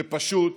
זה פשוט